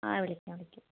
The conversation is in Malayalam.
വിളിക്കാം വിളിക്കാം